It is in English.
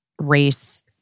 race